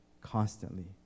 constantly